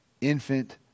infant